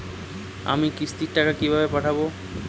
আমি কিস্তির টাকা কিভাবে পাঠাব?